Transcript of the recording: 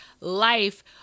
life-